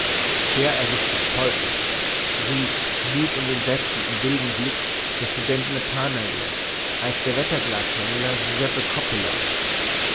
scher er sich zum teufel rief wut und entsetzen im wilden blick der student nathanael als der wetterglashändler giuseppe coppola